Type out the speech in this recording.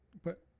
but